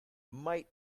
might